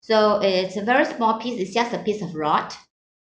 so it's a very small piece it's just a piece of rod